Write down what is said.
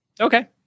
okay